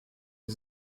die